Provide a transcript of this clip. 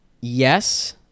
yes